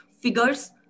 figures